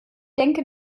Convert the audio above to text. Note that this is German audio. denke